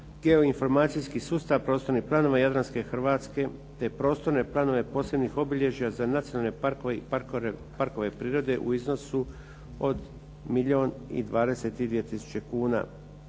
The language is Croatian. geo-informacijskih sustav prostornih planova jadranske Hrvatske te prostorno planove posebnih obilježja za nacionalne parkove i parkove prirode u iznosu od milijuna